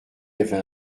avait